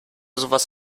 sowas